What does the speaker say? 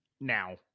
now